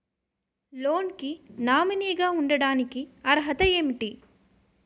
Loan కి nominee గా ఉండటానికి అర్హత ఏమిటి?